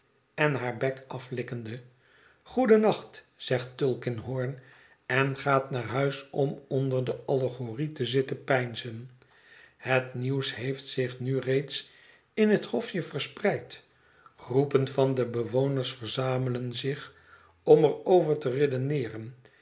en haar bek aflikkende goeden nacht zegt tulkinghorn en gaat naar huis om onder de allegorie te zitten peinzen het nieuws hoeft zich nu reeds in het hofje verspreid groepen van de bewoners verzamelen zich om er over te redeneeren